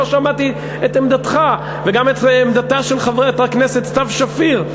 לא שמעתי את עמדתך וגם לא את עמדתה של חברת הכנסת סתיו שפיר.